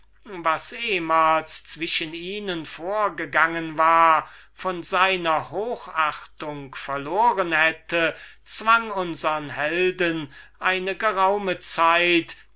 was ehmals zwischen ihnen vorgegangen war von seiner hochachtung verloren hätte zwang unsern helden eine geraume zeit